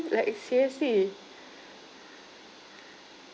like seriously